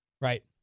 Right